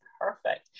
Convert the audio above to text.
perfect